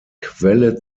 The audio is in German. quelle